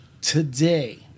Today